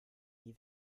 die